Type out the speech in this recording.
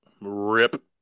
rip